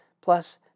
Plus